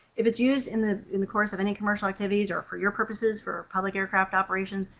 if it's used in the in the course of any commercial activities or for your purposes, for public aircraft operations,